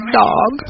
dog